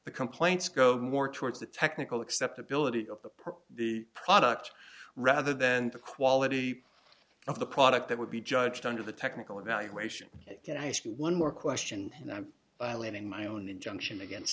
the complaints go more towards the technical acceptability of the per the product rather than the quality of the product that would be judged under the technical evaluation and i ask you one more question and i'm leaving my own injunction against